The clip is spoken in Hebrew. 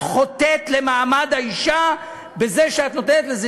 את חוטאת למעמד האישה בזה שאת נותנת לזה